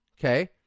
Okay